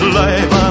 life